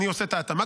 אני עושה את ההתאמה,